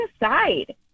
aside